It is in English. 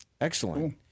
Excellent